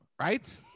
right